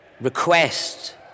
request